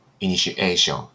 initiation